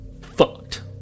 fucked